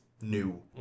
new